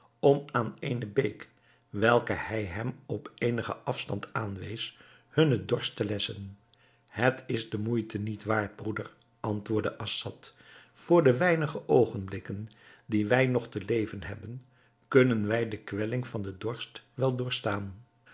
om aan eene beek welke hij hem op eenigen afstand aanwees hunnen dorst te lessen het is de moeite niet waard broeder antwoordde assad voor de weinige oogenblikken die wij nog te leven hebben kunnen wij de kwelling van den dorst wel doorstaan